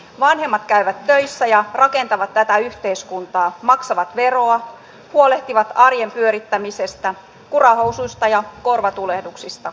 vanhemmat käyvät töissä ja rakentavat tätä yhteiskuntaa maksavat veroa huolehtivat arjen pyörittämisestä kurahousuista ja korvatulehduksista